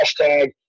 hashtag